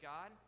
God